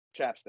chapstick